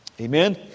Amen